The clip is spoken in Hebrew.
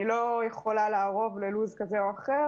אני לא יכולה לערוב ללוח זמנים כזה או אחר.